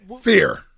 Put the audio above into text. Fear